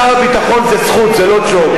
שר הביטחון זה זכות, זה לא ג'וב.